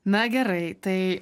na gerai tai